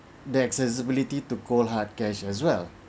the accessibility to cold hard cash as well